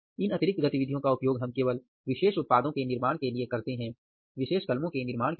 इन अतिरिक्त गतिविधियों का उपयोग हम केवल विशेष उत्पादों के निर्माण के लिए करते हैं विशेष कलमों के निर्माण के लिए